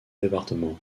départements